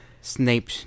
Snape